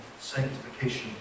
sanctification